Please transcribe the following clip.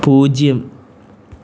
പൂജ്യം